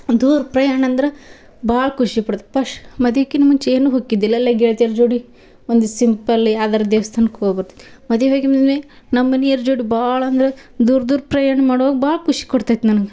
ದೂರ ಪ್ರಯಾಣ ಅಂದ್ರೆ ಭಾಳ ಖುಷಿಪಡ್ತು ಪಶ್ ಮದಿಕಿನ್ನ ಮುಂಚೆ ಏನೂ ಹೊಕಿದ್ದಿಲ್ಲ ಎಲ್ಲ ಗೆಳ್ತಿಯರ ಜೋಡಿ ಒಂದು ಸಿಂಪಲ್ ಯಾವ್ದಾರೂ ದೇವ್ಸ್ಥಾನಕ್ಕೆ ಹೋಗಿ ಬರ್ತಿತ್ತು ಮದುವೆಯಾಗಿ ಬಂದ್ಮೆ ನಮ್ಮ ಮನಿಯವ್ರ್ ಜೋಡಿ ಭಾಳಂದ್ರೆ ದೂರ ದೂರ ಪ್ರಯಾಣ ಮಾಡುವಾಗ ಭಾಳ ಖುಷಿ ಕೊಡ್ತೈತೆ ನನ್ಗೆ